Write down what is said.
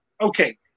Okay